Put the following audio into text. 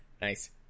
Nice